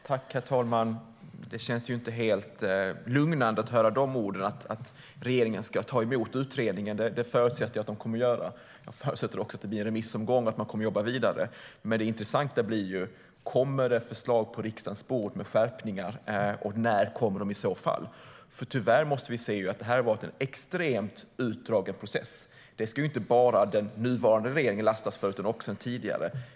Herr talman! Det känns ju inte helt lugnande att höra de orden. Att regeringen ska ta emot utredningen förutsätter jag, och jag förutsätter även att det blir en remissomgång och att man kommer att jobba vidare. Det intressanta är dock om det landar ett förslag om skärpningar på riksdagens bord. När kommer den i så fall? Tyvärr måste vi nämligen se att det har varit en extremt utdragen process. Det ska inte bara den nuvarande regeringen lastas för utan också den tidigare.